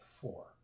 four